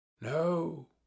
No